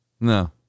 No